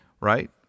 right